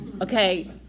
okay